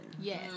Yes